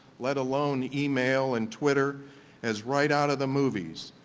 let alone email and twitter as right out of the movies,